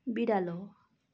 बिरालो